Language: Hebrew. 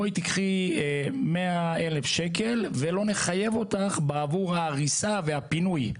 בואי תיקחי 100,000 שקל ולא נחייב אותך בעבור ההריסה והפינוי,